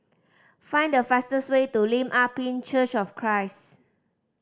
find the fastest way to Lim Ah Pin Church of Christ